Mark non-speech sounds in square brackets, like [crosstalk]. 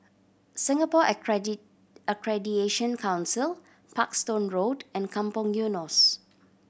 Singapore [unintelligible] Accreditation Council Parkstone Road and Kampong Eunos